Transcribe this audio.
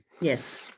Yes